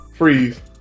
Freeze